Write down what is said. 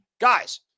Guys